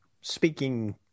speaking